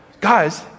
Guys